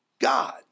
God